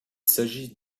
s’agit